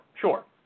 sure